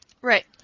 Right